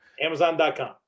Amazon.com